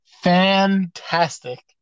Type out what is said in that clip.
fantastic